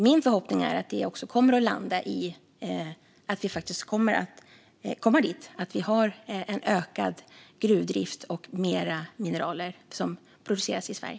Min förhoppning är att detta ska landa i att vi kommer dithän att vi får en ökad gruvdrift och mer mineral som produceras i Sverige.